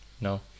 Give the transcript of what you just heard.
no